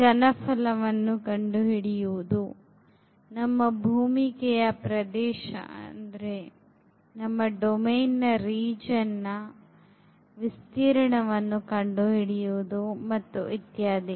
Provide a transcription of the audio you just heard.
ಘನಫಲವನ್ನು ಕಂಡುಹಿಡಿಯುವುದು ನಮ್ಮ ಭೂಮಿಕೆಯ ಪ್ರದೇಶದ ವಿಸ್ತೀರ್ಣವನ್ನು ಕಂಡು ಹಿಡಿಯುವುದು ಮತ್ತು ಇತ್ಯಾದಿ